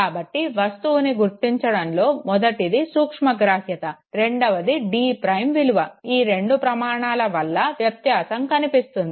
కాబట్టి వస్తువుని గుర్తించడంలో మొదటిది సూక్ష్మగ్రాహ్యత రెండవది d' విలువ ఈ రెండు ప్రమాణాలు వల్ల వ్యత్యాసం కనిపిస్తుంది